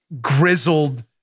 grizzled